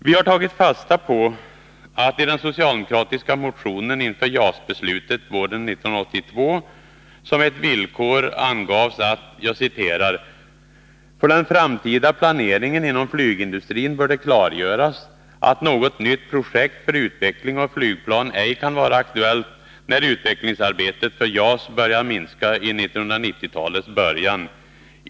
Vi har tagit fasta på att det i den socialdemokratiska motionen inför JAS-beslutet våren 1982 som ett villkor angavs: ”För den framtida planeringen inom flygindustrin bör det klargöras att något nytt projekt för utveckling av flygplan ej kan vara aktuellt när utvecklingsarbetet för JAS börjar minska i 1990-talets början.